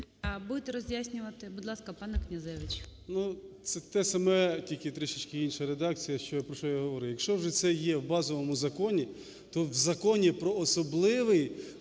Будете роз'яснювати? Будь ласка, пан Князевич.